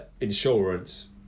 insurance